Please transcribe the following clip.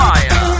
Fire